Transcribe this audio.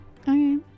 Okay